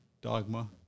Dogma